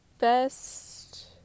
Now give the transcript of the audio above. Best